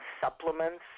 supplements